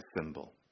symbol